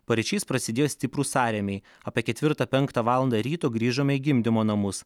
paryčiais prasidėjo stiprūs sąrėmiai apie ketvirtą penktą valandą ryto grįžome į gimdymo namus